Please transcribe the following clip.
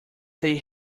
they